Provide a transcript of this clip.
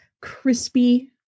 crispy